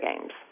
games